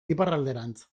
iparralderantz